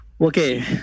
Okay